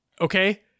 okay